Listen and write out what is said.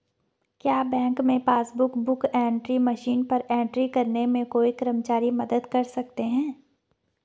क्या बैंक में passbook book entry machine पर एंट्री करने में कोई कर्मचारी मदद कर सकते हैं?